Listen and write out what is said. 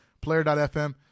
player.fm